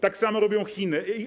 Tak samo robią Chiny.